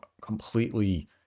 completely